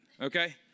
okay